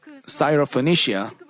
Syrophoenicia